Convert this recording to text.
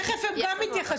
תכף הם גם יתייחסו.